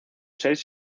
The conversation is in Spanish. seis